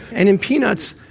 and in peanuts,